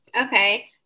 Okay